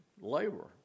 labor